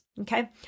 okay